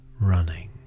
running